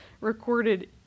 recorded